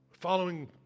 Following